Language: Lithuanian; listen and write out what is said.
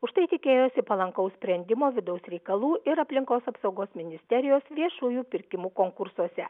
už tai tikėjosi palankaus sprendimo vidaus reikalų ir aplinkos apsaugos ministerijos viešųjų pirkimų konkursuose